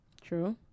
True